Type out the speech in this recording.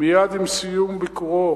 מייד עם סיום ביקורו